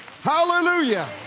Hallelujah